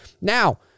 Now